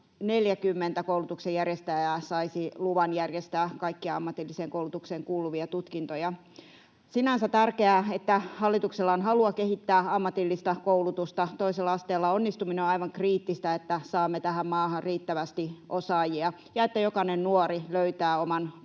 40 koulutuksen järjestäjää saisi luvan järjestää kaikkia ammatilliseen koulutukseen kuuluvia tutkintoja. Sinänsä tärkeää, että hallituksella on halua kehittää ammatillista koulutusta. Toisella asteella onnistuminen on aivan kriittistä, jotta saamme tähän maahan riittävästi osaajia ja jotta jokainen nuori löytää oman polkunsa